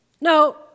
No